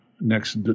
next